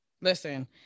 Listen